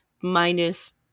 minus